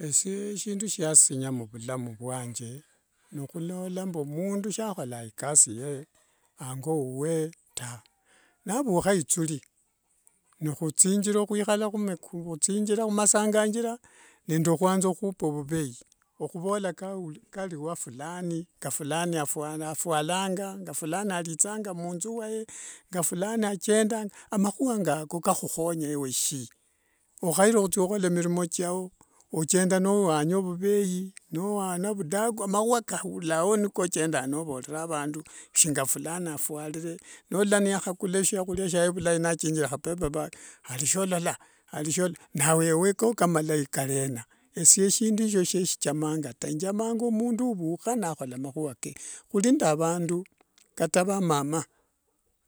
Esie shindu siasinya muvulamu vwange nokhulo mundu sa kholanga ikasi yee ango whuwe tawe. Navukha inchuli n khutsinjiro khwikhala khuchinjira khumasanganjira nende kuanza khupa ovuvei ohuanza huvola akali wa fulani kafulani afwanalanga, ngafulani alithanga munthu mwaye ngafulani achedanga. Amakhua ngako kakhuhonya ewe shii. Ohaire huthia khukola milimo chiao ichenda niwanya vuvei nowana vhudaku amakhua koulireo nikochendanga novorera vandu kafulani afwalire nolola niyakhakula eshiakhulia shia vulai nachenda nakingire khapepa bag ali sholola alisholola naweko malai kalena. Esie shindu sho sesichamanga taa. Njamga mundu uvukha nakhola mahua kee. Khuli na vandu kata vamama,